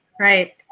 right